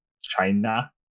China